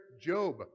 Job